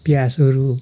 प्याजहरू